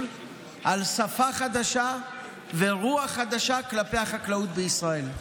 על שפה חדשה ורוח חדשה כלפי החקלאות בישראל.